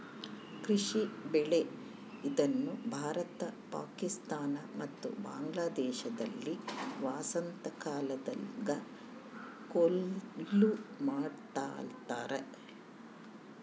ಕೃಷಿ ಬೆಳೆ ಇದನ್ನು ಭಾರತ ಪಾಕಿಸ್ತಾನ ಮತ್ತು ಬಾಂಗ್ಲಾದೇಶದಲ್ಲಿ ವಸಂತಕಾಲದಾಗ ಕೊಯ್ಲು ಮಾಡಲಾಗ್ತತೆ